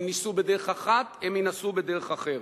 הם ניסו בדרך אחת, הם ינסו בדרך אחרת.